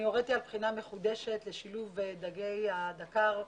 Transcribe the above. אני הוריתי על בחינה מחודשת לשילוב דגי הדקר,